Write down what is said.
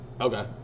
okay